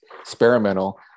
experimental